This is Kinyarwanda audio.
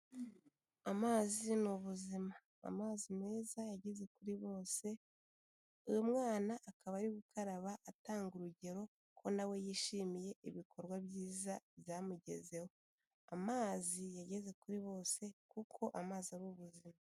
Amazi ni ubuzima, amazi meza yageze kuri bose, uyu mwana akaba ari gukaraba atanga urugero, kuko na we yishimiye ibikorwa byiza byamugezeho, amazi yageze kuri bose kuko amazi ari ubuzima.